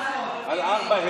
על 4,